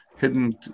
hidden